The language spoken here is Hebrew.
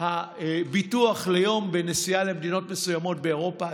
הביטוח ליום בנסיעה למדינות מסוימות באירופה,